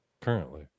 currently